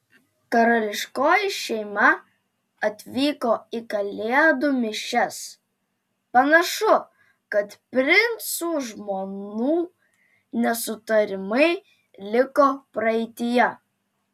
karališkoji šeima atvyko į kalėdų mišias panašu kad princų žmonų nesutarimai liko praeityje